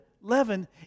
leaven